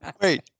Wait